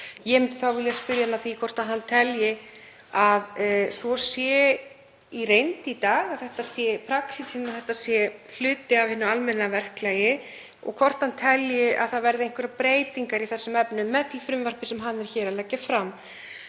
Ég myndi þá vilja spyrja hann að því hvort hann telji að svo sé í reynd í dag, að þetta sé svo í praxís, að þetta sé hluti af hinu almenna verklagi og hvort hann telji að það verði einhverjar breytingar í þessum efnum með því frumvarpi sem hann er hér að leggja fram.